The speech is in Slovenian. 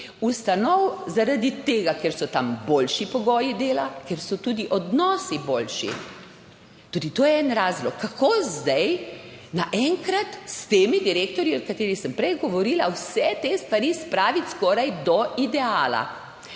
ustanov zaradi tega, ker so tam boljši pogoji dela. Ker so tudi odnosi boljši, tudi to je en razlog. Kako zdaj naenkrat s temi direktorji, o katerih sem prej govorila, vse te stvari spraviti skoraj do ideala.